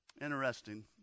Interesting